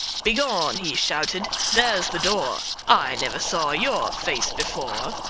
begone! he shouted there's the door i never saw your face before!